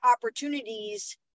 opportunities